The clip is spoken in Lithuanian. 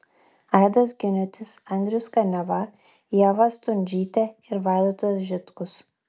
aidas giniotis andrius kaniava ieva stundžytė ir vaidotas žitkus